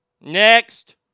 Next